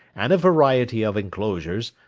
and a variety of enclosures,